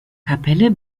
kapelle